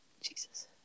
Jesus